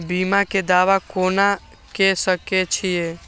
बीमा के दावा कोना के सके छिऐ?